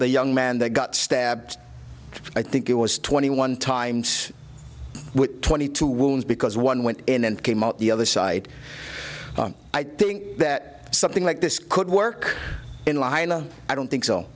the young man that got stabbed i think it was twenty one times with twenty two wounds because one went in and came out the other side i think that something like this could work in laila i don't think so